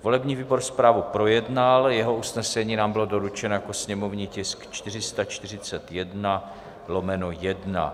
Volební výbor zprávu projednal, jeho usnesení nám bylo doručeno jako sněmovní tisk 441/1.